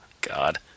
God